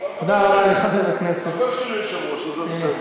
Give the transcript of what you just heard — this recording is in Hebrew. אבל חבר שלי יושב-ראש, אז זה בסדר.